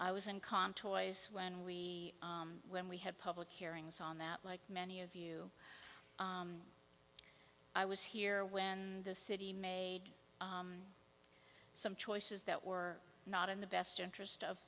i was in com toys when we when we had public hearings on that like many of you i was here when the city made some choices that were not in the best interest of